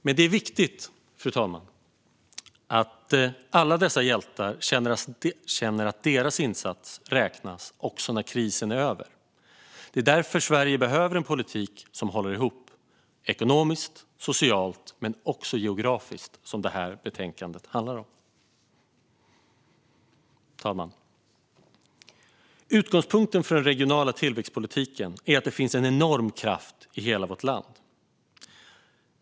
Men det är viktigt, fru talman, att alla dessa hjältar känner att deras insatser räknas också när krisen är över. Det är därför Sverige behöver en politik som håller ihop, ekonomiskt och socialt men också geografiskt, vilket detta betänkande handlar om. Fru talman! Utgångspunkten för den regionala tillväxtpolitiken är att det finns en enorm kraft i hela vårt land.